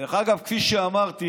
דרך אגב, כפי שאמרתי,